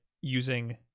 using